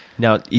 now,